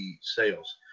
Sales